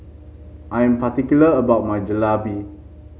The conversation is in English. I am particular about my Jalebi